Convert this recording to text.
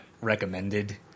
recommended